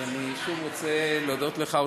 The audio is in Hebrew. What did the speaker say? אז אני שוב רוצה להודות לך,